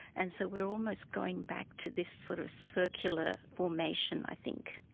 and so we are almost going back to this sort of circular formation i think.